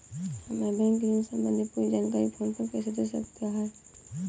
हमें बैंक ऋण संबंधी पूरी जानकारी फोन पर कैसे दे सकता है?